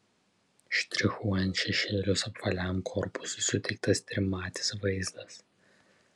štrichuojant šešėlius apvaliam korpusui suteiktas trimatis vaizdas